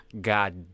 God